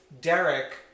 Derek